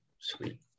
Sweet